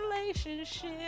relationship